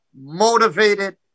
motivated